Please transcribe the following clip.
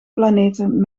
planeten